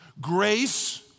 Grace